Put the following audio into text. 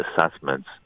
assessments